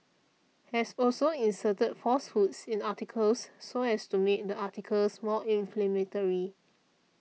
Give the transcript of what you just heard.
has also inserted falsehoods in articles so as to make the articles more inflammatory